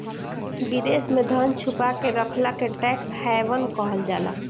विदेश में धन छुपा के रखला के टैक्स हैवन कहल जाला